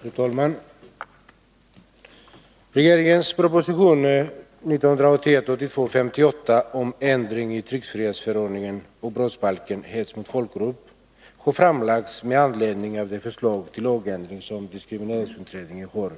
Fru talman! Regeringens proposition 1981/82:58 om ändring i tryckfrihetsförordningen och brottsbalken om hets mot folkgrupp har framlagts med anledning av det förslag till åtgärder som diskrimineringsutredningen har